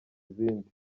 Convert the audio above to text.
izindi